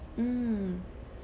mm